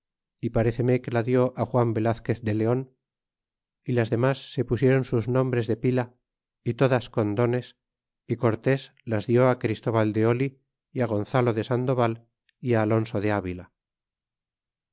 y pare cern e que la di juan velazquez de leon y las denlas se pusieron sus nombres de pila y todas con dones y cortes las dió christóval de oil y á gonzalo de sandoval y alonso de avila